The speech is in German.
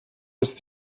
ist